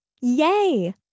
Yay